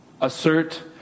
Assert